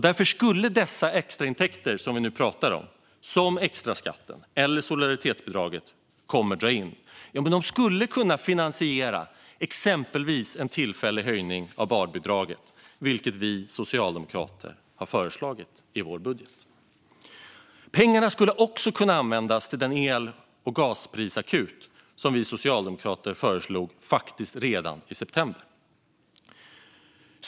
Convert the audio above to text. Därför skulle de extra intäkter som extraskatten eller solidaritetsbidraget kommer att dra in kunna finansiera exempelvis en tillfällig höjning av barnbidraget, vilket vi socialdemokrater har föreslagit i vår budget. Pengarna skulle också kunna användas till den el och gasprisakut som vi socialdemokrater föreslog redan i september.